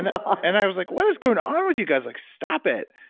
and and i was like, what is going on with you guys? like stop it.